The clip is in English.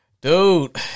Dude